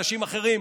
אנשים אחרים,